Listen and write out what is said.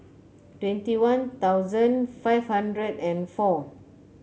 twenty One Thousand five hundred and four